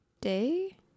day